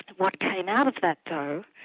what came out of that, though,